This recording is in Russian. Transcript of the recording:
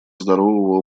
здорового